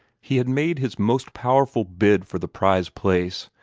he had made his most powerful bid for the prize place,